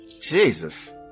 Jesus